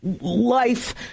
life